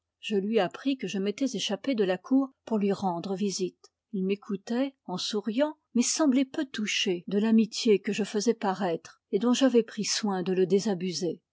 je lui appris que je m'étais échappé de la cour pour lui rendre visite il m'écoutait en souriant mais semblait peu touché de l'amitié que je faisais paraître et dont j'avais pris soin de le désabuser